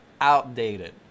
outdated